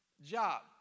job